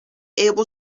able